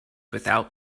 without